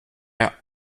are